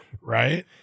Right